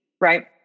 right